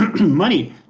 money